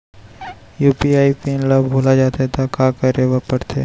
UPI PIN ल भुला जाथे त का करे ल पढ़थे?